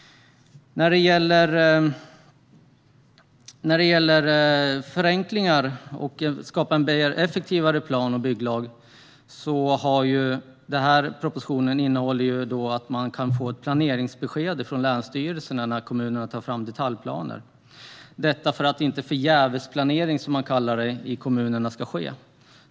När det gäller förenklingar och att skapa en effektivare plan och bygglag innehåller propositionen ett förslag om att man ska kunna få ett planeringsbesked från länsstyrelserna när kommunerna tar fram detaljplaner - detta för att inte förgävesplanering, som man kallar det i kommunerna, ska ske.